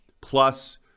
plus